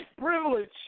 privilege